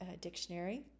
dictionary